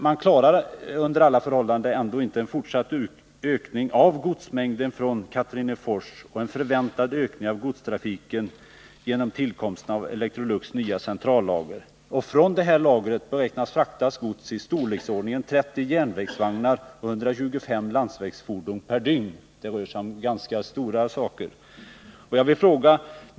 Man klarar i varje fall inte nu en fortsatt ökning av godsmängden från Katrinefors och en förväntad ökning av godstrafiken genom tillkomsten av Electrolux nya centrallager. Från detta lager beräknar man frakta gods i storleksordningen 30 järnvägsvagnar och 125 landsvägsfordon per dygn.